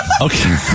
Okay